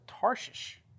Tarshish